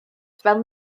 fel